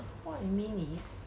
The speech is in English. what I mean is